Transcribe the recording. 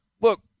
look